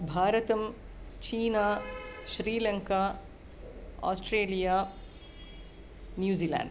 भारतं चीना Sri Lanka Australia New Zealand